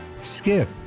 Skip